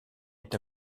est